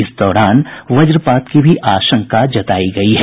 इस दौरान वज्रपात की भी आशंका जतायी गई है